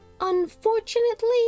Unfortunately